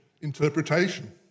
interpretation